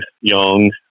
young